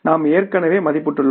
நாம் ஏற்கனவே மதிப்பிட்டுள்ளோம்